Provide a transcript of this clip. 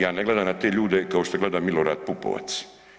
Ja ne gledam na te ljude kao što gleda Milorad Pupovac.